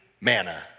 manna